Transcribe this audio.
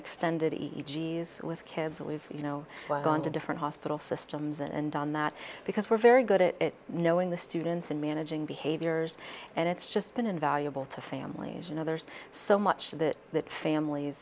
extended e g with kids that we've you know gone to different hospital systems and on that because we're very good at knowing the students and managing behaviors and it's just been invaluable to families you know there's so much that that families